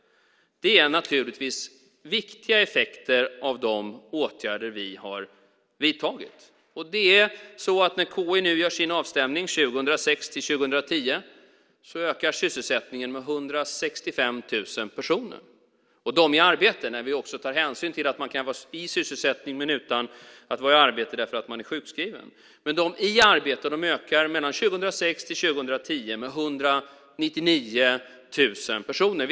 Det här är naturligtvis viktiga effekter av de åtgärder vi har vidtagit. När KI gör sin avstämning 2006-2010 ökar sysselsättningen med 165 000 personer. De i arbete - när vi också tar hänsyn till att man kan vara i sysselsättning men utan att vara i arbete därför att man är sjukskriven - ökar mellan 2006 och 2010 med 199 000 personer.